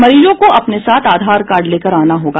मरीज को अपने साथ आधार कार्ड लेकर आना होगा